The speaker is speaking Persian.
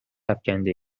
افکنده